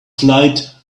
flight